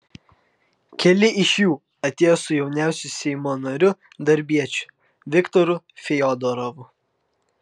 keli iš jų atėjo su jauniausiu seimo nariu darbiečiu viktoru fiodorovu